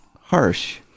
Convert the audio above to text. harsh